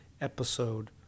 episode